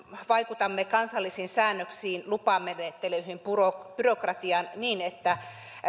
vaikutamme kansallisiin säännöksiin lupamenettelyihin ja byrokratiaan niin että